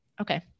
Okay